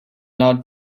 not